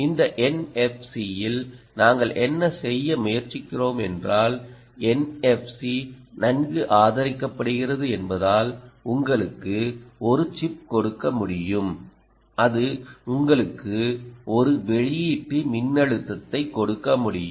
இந்த என்எப்சியில் நாங்கள் என்ன செய்ய முயற்சிக்கிறோம் என்றால் என்எப்சி நன்கு ஆதரிக்கப்படுகிறது என்பதால் உங்களுக்கு ஒரு சிப் கொடுக்க முடியும் அது உங்களுக்கு ஒரு வெளியீட்டு மின்னழுத்தத்தை கொடுக்க முடியும்